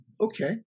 Okay